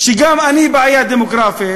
גם אני בעיה דמוגרפית.